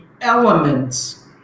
elements